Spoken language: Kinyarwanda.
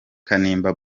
kanimba